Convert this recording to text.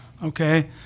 Okay